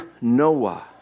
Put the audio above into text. Noah